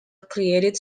created